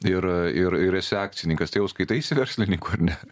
ir ir ir esi akcininkas tai jau skaitaisi verslininku ar ne